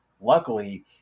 Luckily